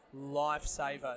lifesaver